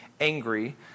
angry